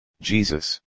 Jesus